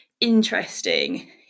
interesting